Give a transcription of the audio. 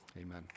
Amen